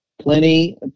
plenty